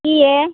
কি এ